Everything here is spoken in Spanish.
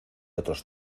otros